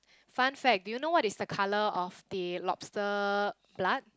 fun fact do you know what is the colour of the lobster blood